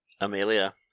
Amelia